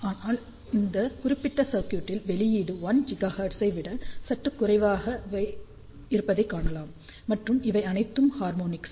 ஆனால் இந்த குறிப்பிட்ட சர்க்யூட்டில் வெளியீடு 1GHz விட சற்று குறைவாக இருப்பதைக் காணலாம் மற்றும் இவை அனைத்தும் ஹார்மோனிக்ஸ்